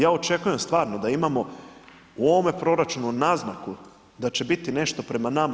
Ja očekujem stvarno da imamo u ovome proračunu naznaku da će biti nešto prema nama.